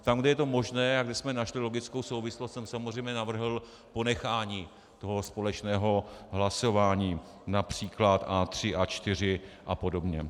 Tam, kde je to možné a kde jsme našli logickou souvislost, jsem samozřejmě navrhl ponechání společného hlasování, například A3 a A4 a podobně.